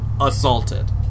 assaulted